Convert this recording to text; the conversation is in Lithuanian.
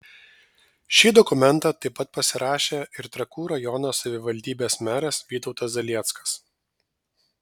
šį dokumentą taip pat pasirašė ir trakų rajono savivaldybės meras vytautas zalieckas